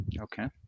Okay